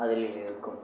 அதில் இருக்கும்